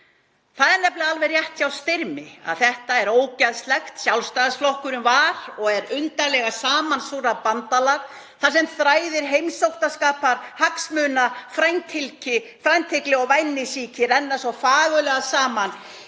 Það er nefnilega alveg rétt hjá Styrmi að þetta er ógeðslegt. Sjálfstæðisflokkurinn var og er undarlega samansúrrað bandalag þar sem þræðir heimóttarskapar, hagsmuna, frændhygli og vænisýki renna svo fagurlega saman